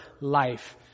life